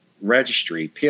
registry